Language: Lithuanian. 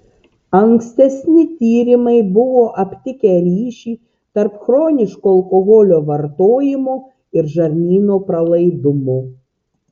ankstesni tyrimai buvo aptikę ryšį tarp chroniško alkoholio vartojimo ir žarnyno pralaidumo